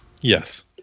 Yes